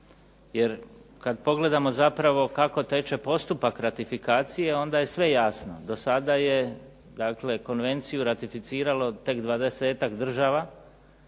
Jer kada pogledamo zapravo kako teče postupak ratifikacije onda je sve jasno, do sada je konvenciju ratificiralo tek 20-tak država,